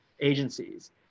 agencies